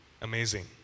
Amazing